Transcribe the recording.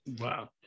Wow